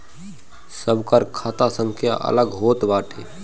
सबकर खाता संख्या अलग होत बाटे